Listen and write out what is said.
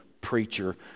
preacher